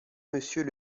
monsieur